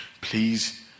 please